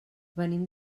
venim